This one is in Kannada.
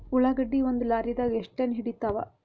ಉಳ್ಳಾಗಡ್ಡಿ ಒಂದ ಲಾರಿದಾಗ ಎಷ್ಟ ಟನ್ ಹಿಡಿತ್ತಾವ?